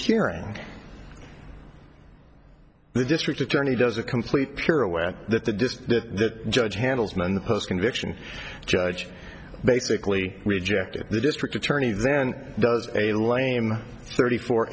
hearing the district attorney does a complete pure aware that the disk that judge handles man the post conviction judge basically rejected the district attorney then does a lame thirty four